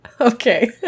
Okay